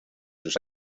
sus